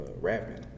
rapping